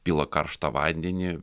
pila karštą vandenį